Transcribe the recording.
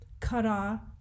Kara